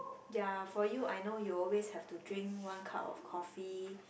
ya for you I know you always have to drink one cup of coffee